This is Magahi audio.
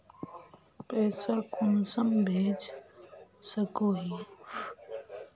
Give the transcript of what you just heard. पैसा कुंसम भेज सकोही?